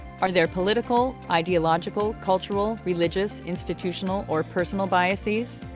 are there political, ideological, cultural, religious, institutional or personal biases?